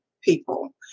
people